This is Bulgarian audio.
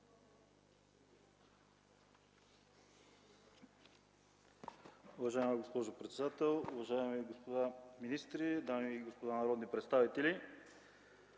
Уважаема госпожо председател, уважаеми господин министър, дами и господа народни представители!